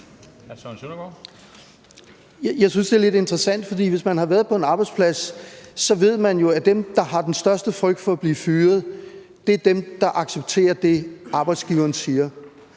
Jeg synes, det er lidt interessant, for hvis man har været på en arbejdsplads, ved man jo, at dem, der har den største frygt for at blive fyret, er dem, der accepterer det, arbejdsgiveren siger.